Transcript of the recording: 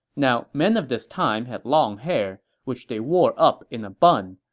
now men of this time had long hair, which they wore up in a bun.